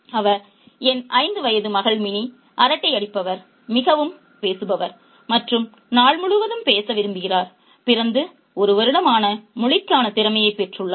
அவர் என் 5 வயது மகள் மினி அரட்டையாடிப்பவர் மிகவும் பேசுபவர் மற்றும் நாள் முழுவதும் பேச விரும்புகிறார் பிறந்து ஒரு வருடம் ஆன மொழிக்கான திறமையைப் பெற்றுள்ளாள்